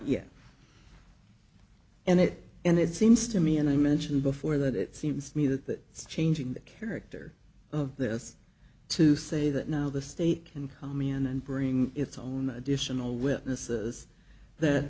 yet and it and it seems to me and i mentioned before that it seems to me that it's changing the character of this to say that now the state can come in and bring its own additional witnesses that